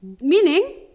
meaning